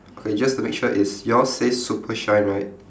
okay just to make sure is yours say super shine right